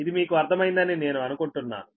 ఇది మీకు అర్థమైందని నేను అనుకుంటున్నాను